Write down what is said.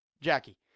Jackie